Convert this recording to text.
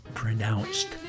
pronounced